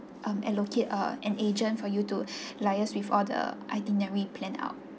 um allocate a an agent for you to liaise with all the itinerary planned out